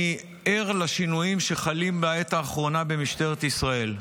אני ער לשינויים שחלים בעת האחרונה במשטרת ישראל,